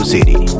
City